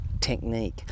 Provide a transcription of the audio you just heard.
technique